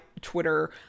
Twitter